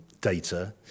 data